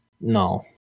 no